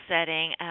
setting